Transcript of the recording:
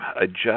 adjust